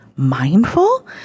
mindful